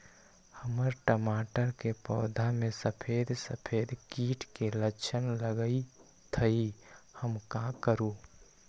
हमर टमाटर के पौधा में सफेद सफेद कीट के लक्षण लगई थई हम का करू?